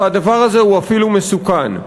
והדבר הזה הוא אפילו מסוכן.